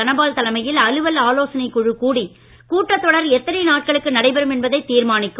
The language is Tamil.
தனபால் தலைமையில் அலுவல் ஆலோசனைக் குழு கூடி கூட்டத்தொடர் எத்தனை நாட்களுக்கு நடைபெறும் என்பதைத் தீர்மானிக்கும்